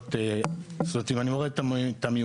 הרשויות אם אני מוריד את המיעוטים.